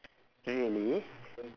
really